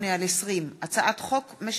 פ/2788/20 וכלה בהצעת חוק פ/2827/20,